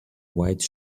white